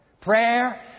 Prayer